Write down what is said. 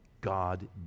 God